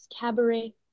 Cabaret